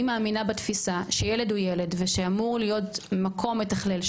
אני מאמינה בתפיסה שילד הוא ילד שאמור להיות מקום מתכלל,